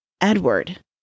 Edward